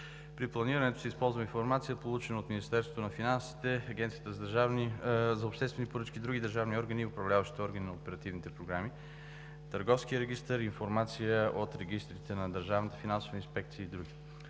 При планирането се използва информация, получена от Министерството на финансите, Агенцията за обществени поръчки и други държавни органи и управляващите органи на оперативните програми, Търговския регистър, информация от регистрите на Държавната финансова инспекция и други.